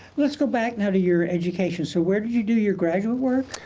let's go back now to your education. so where did you do your graduate work?